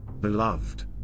Beloved